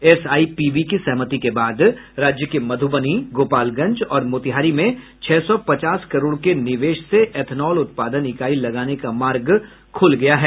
SIPB की सहमति के बाद राज्य के मधुबनी गोपालगंज और मोतिहारी में छह सौ पचास करोड़ के निवेश से इथेनॉल उत्पादन इकाई लगाने का मार्ग खुल गया है